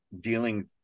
dealing